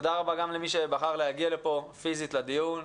תודה רבה גם למי שבחר להגיע פיזית לדיון.